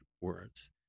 words